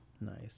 Nice